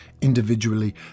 Individually